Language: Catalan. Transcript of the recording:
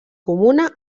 comuna